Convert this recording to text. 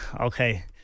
Okay